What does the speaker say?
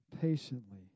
patiently